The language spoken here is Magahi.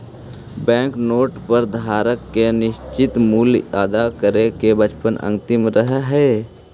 बैंक नोट पर धारक के निश्चित मूल्य अदा करे के वचन अंकित रहऽ हई